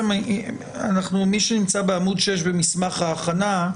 מי שנמצא בעמוד 6 במסמך ההכנה,